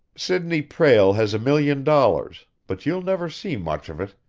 sidney prale has a million dollars, but you'll never see much of it.